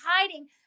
hiding